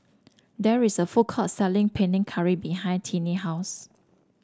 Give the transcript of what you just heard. there is a food court selling Panang Curry behind Tinnie house